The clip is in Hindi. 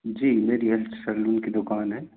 जी मेरी हेयर सैलून की दुकान है